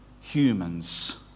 humans